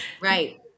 Right